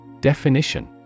Definition